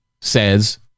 Says